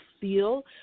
feel